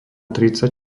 tridsať